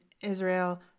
Israel